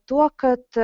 tuo kad